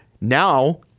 now